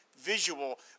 visual